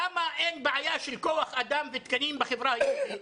למה אין בעיה של כוח אדם ותקנים בחברה היהודית?